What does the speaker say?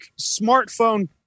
smartphone